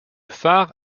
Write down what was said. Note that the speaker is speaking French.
phare